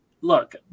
look